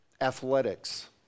Athletics